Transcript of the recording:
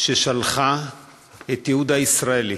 ששלחה את יהודה הישראלי